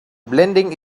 blending